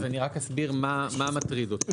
אז אני רק אסביר מה מטריד אותי.